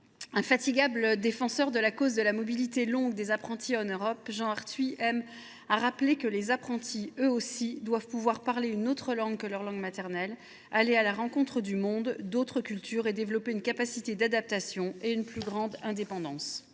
infatigable défenseur de la mobilité longue des apprentis en Europe, Jean Arthuis aime à rappeler que les apprentis doivent, eux aussi, pouvoir parler une autre langue que leur langue maternelle, aller à la rencontre du monde, découvrir d’autres cultures et développer une capacité d’adaptation, ainsi qu’une plus grande indépendance.